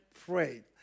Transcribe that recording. prayed